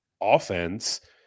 offense –